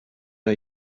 are